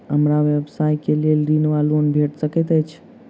हमरा व्यवसाय कऽ लेल ऋण वा लोन भेट सकैत अछि?